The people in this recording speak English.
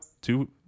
two